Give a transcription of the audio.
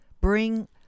bring